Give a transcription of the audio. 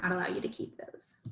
um allow you to keep those.